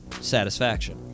Satisfaction